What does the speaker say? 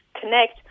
connect